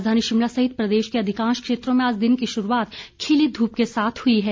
राजधानी शिमला सहित प्रदेश के अधिकांश क्षेत्रों में आज दिन की शुरूआत खिली धूप के साथ हुई है